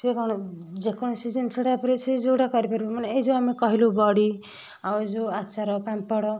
ସିଏ କ'ଣ ଯେକୌଣସି ଜିନଷଟା ଉପରେ ସିଏ ଯେଉଁଟା କରିପାରିବ ମାନେ ଏଇଯେଉଁ ଆମେ କହିଲୁ ବଡ଼ି ଆଉ ଯେଉଁ ଆଚାର ପାମ୍ପଡ଼